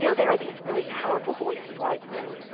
you know there are these really powerful voices like ruth